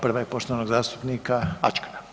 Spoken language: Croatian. Prva je poštovanog zastupnika Ačkara.